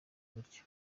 gutya